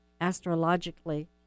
astrologically